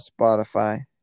Spotify